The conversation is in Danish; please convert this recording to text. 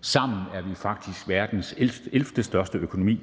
Sammen er vi faktisk verdens ellevtestørste økonomi.